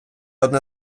одне